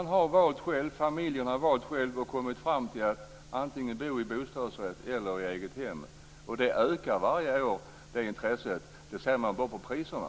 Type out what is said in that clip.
De har valt själva, familjen har valt själv, och kommit fram till att antingen bo i bostadsrätt eller i egethem. Det intresset ökar varje år. Det ser man bara på priserna.